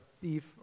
thief